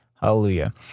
hallelujah